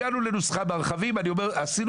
הגענו לנוסחה ברכבים ואני אומר שעשינו